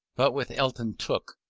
but with eyton tooke,